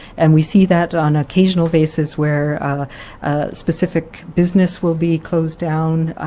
and we see that on an occasional basis where specific business will be closed down,